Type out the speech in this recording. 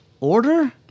order